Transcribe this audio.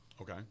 Okay